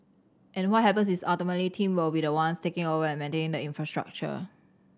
and what happens is ultimately team will be the ones taking over and maintaining the infrastructure